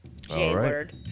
J-word